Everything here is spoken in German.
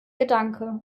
gedanke